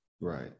Right